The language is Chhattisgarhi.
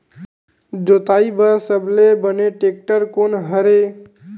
जोताई बर सबले बने टेक्टर कोन हरे?